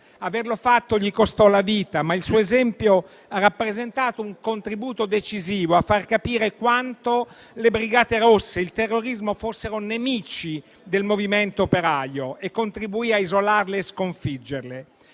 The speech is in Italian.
Averlo fatto gli costò la vita, ma il suo esempio ha rappresentato un contributo decisivo per far capire quanto le brigate rosse e il terrorismo fossero nemici del Movimento operaio e contribuì a isolarle e sconfiggerle.